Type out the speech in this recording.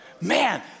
Man